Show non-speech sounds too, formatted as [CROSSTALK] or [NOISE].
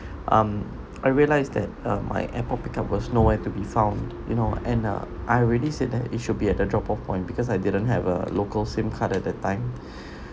um I realised that uh my airport pickup was nowhere to be found you know and uh I already said that it should be at the drop off point because I didn't have a local sim card at that time [BREATH]